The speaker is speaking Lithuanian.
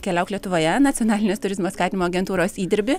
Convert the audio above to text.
keliauk lietuvoje nacionalinės turizmo skatinimo agentūros įdirbį